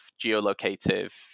geolocative